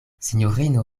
sinjorino